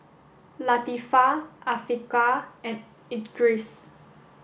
Latifa Afiqah and Idris